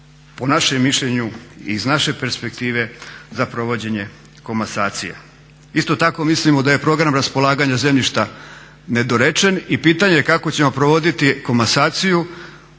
po našem mišljenju i iz naše perspektive za provođenje komasacije. Isto tako mislimo da je program raspolaganja zemljišta nedorečen i pitanje je kako ćemo provoditi komasaciju